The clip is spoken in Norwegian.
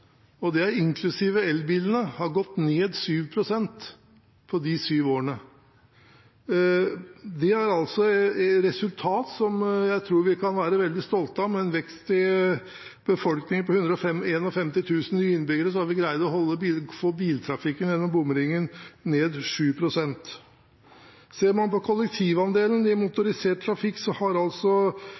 og det er inklusive elbilene – har gått ned 7 pst. på de syv årene. Det er altså et resultat jeg tror vi kan være veldig stolte av: Med en vekst i befolkningen på 151 000 nye innbyggere har vi greid å få biltrafikken gjennom bomringen ned 7 pst. Ser man på kollektivandelen i motorisert trafikk, har Oslo hatt en økning i andel motorisert trafikk – altså